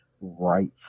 right